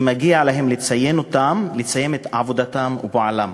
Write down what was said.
ומגיע להם שיציינו את עבודתם ופועלם.